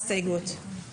הצבעה ההסתייגות לא נתקבלה.